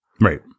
Right